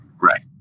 Right